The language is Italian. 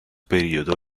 periodo